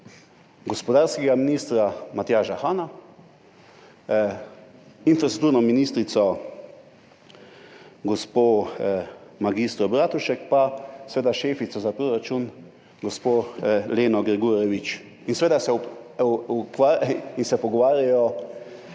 gospodarskega ministra Matjaža Hana, infrastrukturno ministrico gospo mag. Bratušek pa seveda šefico za proračun gospo Leno Grgurevič. In se pogovarjajo,